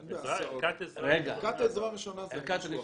ערכת עזרה ראשונה, זה משהו אחר.